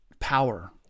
power